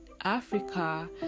africa